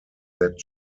that